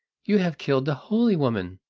you have killed the holy woman!